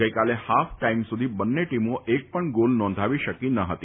ગઈકાલે half time સુધી બંને ટીમો એક પણ ગોલ નોંધાવી શકી ન ફતી